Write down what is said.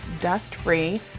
dust-free